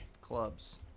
Clubs